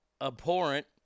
abhorrent